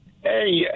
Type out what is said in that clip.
Hey